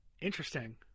Interesting